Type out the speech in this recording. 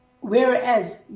Whereas